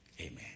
amen